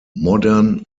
modern